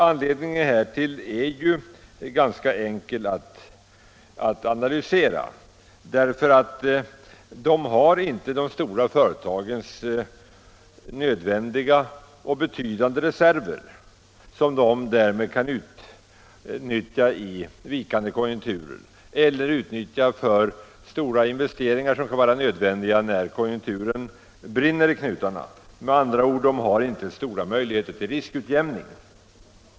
Anledningen härtill är ganska enkel att analysera: dessa företag har inte de nödvändiga och betydande reserver som storföretagen kan utnyttja i vikande konjunkturer eller för stora investeringar som kan vara nödvändiga när konjunkturen börjar att svänga. De har med andra ord inte stora möjligheter till riskutjämning.